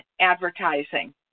advertising